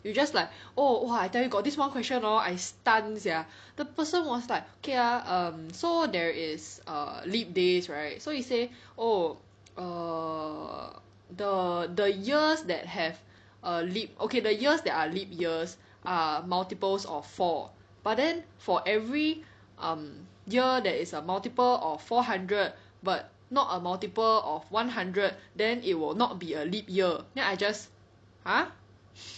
you just like oh !wah! I tell you got this one question hor I stun sia the person was like okay ah um so there is err leap days right so you say oh err the the years that have a leap okay the years that are leap years are multiples of four but then for every um year that is a multiple of four hundred but not a multiple of one hundred then it will not be a leap year then I just !huh!